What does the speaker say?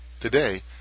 Today